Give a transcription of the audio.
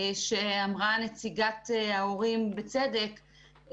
שאמרה נציגת ההורים בצדק,